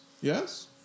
Yes